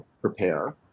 prepare